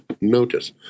notice